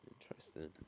interesting